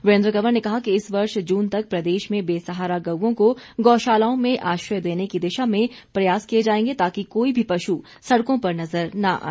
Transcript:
वीरेन्द्र कंवर ने कहा कि इस वर्ष जून तक प्रदेश में बेसहारा गउओं को गौशालाओं में आश्रय देने की दिशा में प्रयास किए जाएंगे ताकि कोई भी पशु सड़कों पर नजर न आए